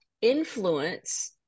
influence